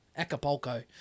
Acapulco